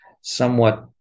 somewhat